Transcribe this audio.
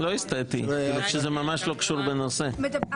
זה אומר שעכשיו כל בן אדם שהם ייקחו, ישכרו